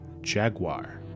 Jaguar